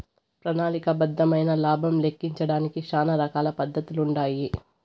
ప్రణాళిక బద్దమైన లాబం లెక్కించడానికి శానా రకాల పద్దతులుండాయి